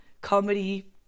comedy